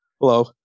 hello